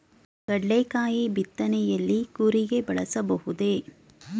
ಕಡ್ಲೆಕಾಯಿ ಬಿತ್ತನೆಯಲ್ಲಿ ಕೂರಿಗೆ ಬಳಸಬಹುದೇ?